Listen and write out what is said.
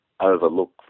overlook